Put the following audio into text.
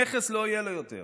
נכס לא יהיה לו יותר.